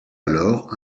alors